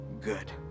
good